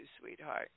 sweetheart